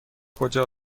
کجا